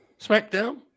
Smackdown